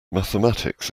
mathematics